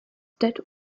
dead